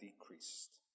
decreased